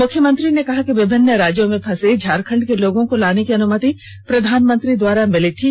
मुख्यमंत्री ने कहा कि विभिन्न राज्यों में फंसे झारखण्ड के लोगों को लाने की अनुमति प्रधानमंत्री द्वारा मिली थी